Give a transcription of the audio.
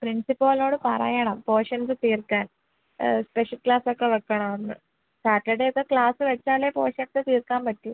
പ്രിൻസിപ്പാളിനോട് പറയണം പോഷൻസ്സ് തീർക്കാൻ സ്പെഷ്യൽ ക്ലാസൊക്കെ വയ്ക്കണമെന്ന് സാറ്റർഡെ ഒക്കെ ക്ലാസ്സ് വച്ചാലെ പോഷൻസ്സ് തീർക്കാൻ പറ്റൂ